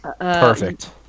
Perfect